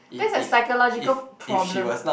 that's a psychological problem